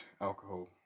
alcohol